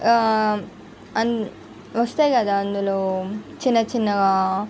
వస్తే కదా అందులో చిన్న చిన్నగా